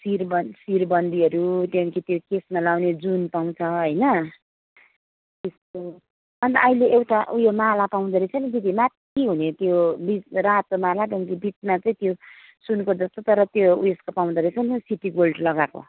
सिरबन सिरबन्दीहरू त्यहाँदेखि त्यो केशमा लाउने जुन पाउँछ होइन त्यस्तो अन्त अहिले एउटा उयो माला पाउँदोरहेछ नि दिदी माथि हुने त्यो बिच रातो माला त्यहाँदेखि बिचमा चाहिँ त्यो सुनको जस्तो तर त्यो उयसको पाउँदोरहेछ नि सिटिगोल्ड लगाएको